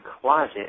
closet